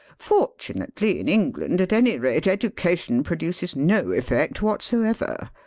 fortunately in england, at any rate, education produces no effect whatsoever.